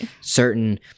certain